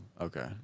okay